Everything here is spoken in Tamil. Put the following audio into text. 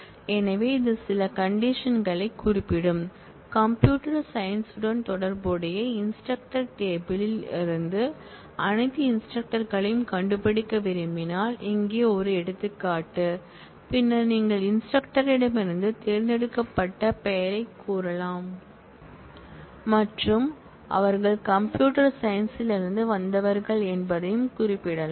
எனவே இது சில கண்டிஷன் களைக் குறிப்பிடும் கம்பியூட்டர் சயின்ஸ் டன் தொடர்புடைய இன்ஸ்ட்ரக்டர் டேபிள் யில் இருந்து அனைத்து இன்ஸ்ட்ரக்டர் களையும் கண்டுபிடிக்க விரும்பினால் இங்கே ஒரு எடுத்துக்காட்டு பின்னர் நீங்கள் இன்ஸ்ட்ரக்டர் ரிடமிருந்து தேர்ந்தெடுக்கப்பட்ட பெயரைக் கூறலாம் மற்றும் அவர்கள் கம்பியூட்டர் சயின்ஸ்லிருந்து வந்தவர்கள் என்பதைக் குறிப்பிடலாம்